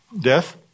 death